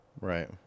Right